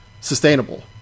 sustainable